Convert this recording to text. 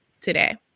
today